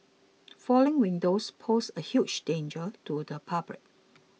falling windows pose a huge danger to the public